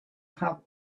have